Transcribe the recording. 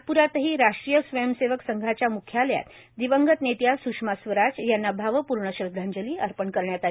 नागपुरातही राष्ट्रीय स्वयसेवक संघाच्या मुख्यालयात दिवंगत नेत्या स्षमा स्वराज यांना भावपूर्ण श्रद्धांजली अर्पण करण्यात आली